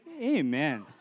amen